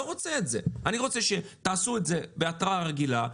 אני רוצה שתעשו את זה בהתראה רגילה,